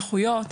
נכויות.